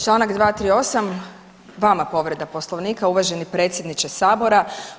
Čl. 238., vama povreda Poslovnika uvaženi predsjedniče sabora.